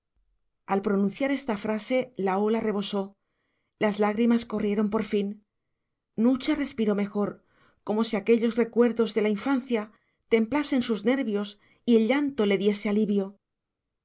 al pronunciar esta frase la ola rebosó las lágrimas corrieron por fin nucha respiró mejor como si aquellos recuerdos de la infancia templasen sus nervios y el llanto le diese alivio